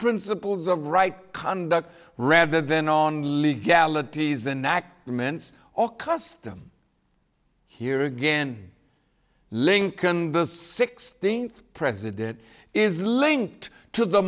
principles of right conduct rather than on legalities enact mintz all custom here again lincoln the sixteenth president is linked to the